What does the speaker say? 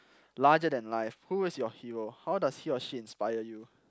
larger than life who is your hero how does he or she inspire you